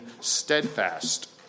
steadfast